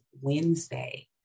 Wednesday